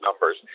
numbers